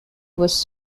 was